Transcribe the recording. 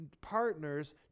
partners